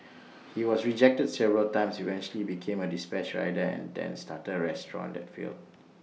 he was rejected several times eventually became A dispatch rider and then started A restaurant that failed